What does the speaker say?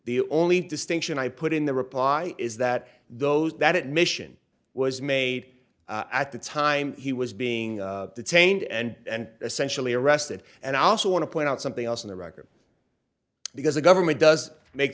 the only distinction i put in the reply is that those that mission was made at the time he was being detained and essentially arrested and i also want to point out something else in the record because the government does make